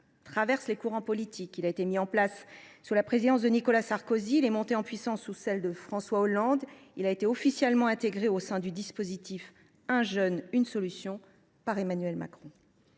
traverse les courants politiques. Il a été mis en place sous la présidence de Nicolas Sarkozy, est monté en puissance sous celle de François Hollande et a été officiellement intégré au sein du dispositif « 1 jeune, 1 solution » par Emmanuel Macron.